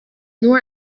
nur